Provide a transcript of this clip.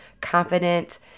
confident